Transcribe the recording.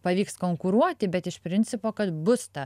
pavyks konkuruoti bet iš principo kad bus ta